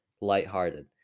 lighthearted